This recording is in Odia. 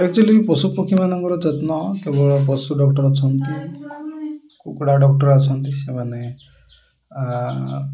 ଆକ୍ଚୁଆଲି ପଶୁପକ୍ଷୀମାନଙ୍କର ଯତ୍ନ କେବଳ ପଶୁ ଡ଼କ୍ଟର୍ ଅଛନ୍ତି କୁକୁଡ଼ା ଡ଼କ୍ଟର୍ ଅଛନ୍ତି ସେମାନେ